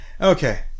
Okay